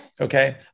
okay